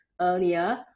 earlier